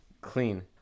Clean